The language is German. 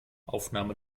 aufnahme